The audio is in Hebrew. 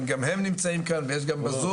גם הם נמצאים כאן ויש גם בזום,